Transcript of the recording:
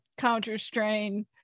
counterstrain